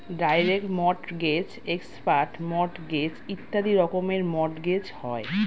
direct mortgage, expert mortgage ইত্যাদি রকমের mortgage হয়